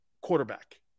quarterback